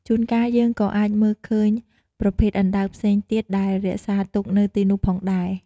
ជួនកាល យើងក៏អាចមើលឃើញប្រភេទអណ្ដើកផ្សេងទៀតដែលរក្សាទុកនៅទីនោះផងដែរ ។